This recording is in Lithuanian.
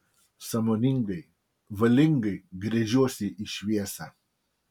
sąmoningai valingai gręžiuosi į šviesą